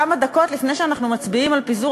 כמה דקות לפני שאנחנו מצביעים על פיזור